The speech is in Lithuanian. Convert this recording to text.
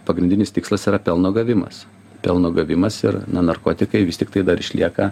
pagrindinis tikslas yra pelno gavimas pelno gavimas ir n narkotikai vis tiktai dar išlieka